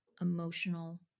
emotional